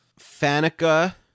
Fanica